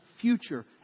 future